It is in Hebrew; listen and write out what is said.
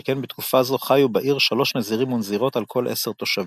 שכן בתקופה זו חיו בעיר 3 נזירים ונזירות על כל 10 תושבים.